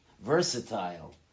versatile